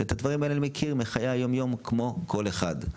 ואת הדברים האלה אני מכיר מחיי היום-יום כמו כל אחד.